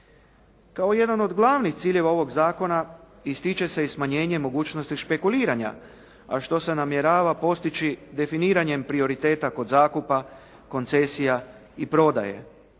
Kao jedan od glavnih ciljeva ovog zakona, ističe se i smanjenje mogućnosti špekuliranja, a što se namjerava postići definiranjem prioriteta kod zakupa, koncesija i prodaje.